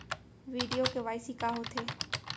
video KYC का होथे